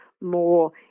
more